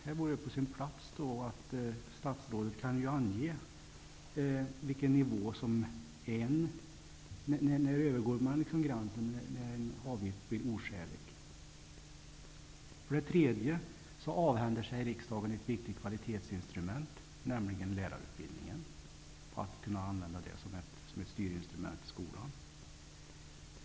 Det vore på sin plats att statsrådet angav vid vilken nivå man går över gränsen och en avgift blir oskälig. För det tredje avhänder sig riksdagen ett viktigt kvalitetsinstrument, nämligen lärarutbildningen och möjligheten att använda den som ett styrinstrument i skolan.